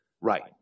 Right